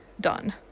done